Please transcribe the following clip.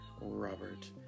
Robert